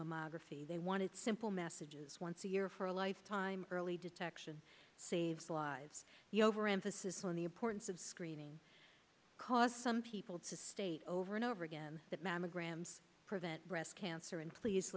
mammography they wanted simple messages once a year for a lifetime early detection saves lives the overemphasis on the importance of screening because some people to state over and over again that mammograms prevent breast cancer and please